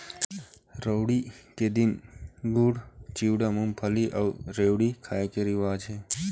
लोहड़ी के दिन गुड़, चिवड़ा, मूंगफली अउ रेवड़ी खाए के रिवाज हे